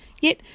Yet